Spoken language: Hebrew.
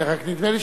רק נדמה לי